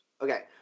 Okay